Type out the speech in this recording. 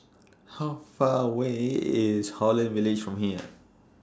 How Far away IS Holland Village from here